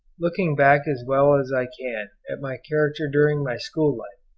looking back as well as i can at my character during my school life,